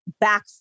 back